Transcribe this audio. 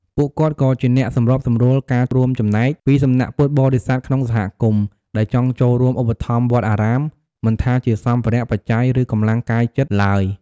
ពួកគាត់ក៏ជាអ្នក សម្របសម្រួលការរួមចំណែក ពីសំណាក់ពុទ្ធបរិស័ទក្នុងសហគមន៍ ដែលចង់ចូលរួមឧបត្ថម្ភវត្តអារាម មិនថាជាសម្ភារៈ បច្ច័យ ឬកម្លាំងកាយចិត្តឡើយ។